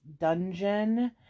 dungeon